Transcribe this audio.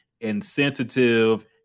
insensitive